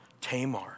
Tamar